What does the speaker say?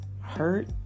hurt